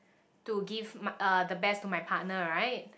to give my the best to my partner right